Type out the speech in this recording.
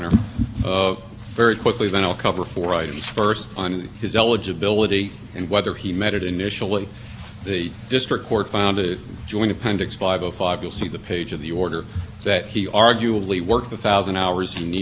you needed to establish eligibility he started october one two thousand and five would have been before october one two thousand and one the amendment came nov two thousand and one he would have met the twelve month to one thousand hour standard